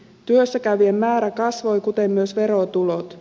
työssä käyvien määrä kasvoi kuten myös verotulot